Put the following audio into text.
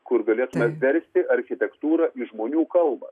kur galėtume versti architektūrą į žmonių kalbą